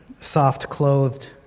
soft-clothed